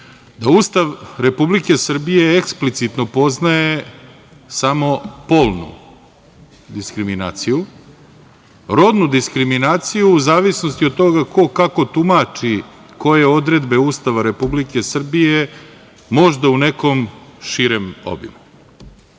da Ustav Republike Srbije eksplicitno poznaje samo polnu diskriminaciju. Rodnu diskriminaciju u zavisnosti od toga ko kako tumači koje odredbe Ustava Republike Srbije možda u nekom širem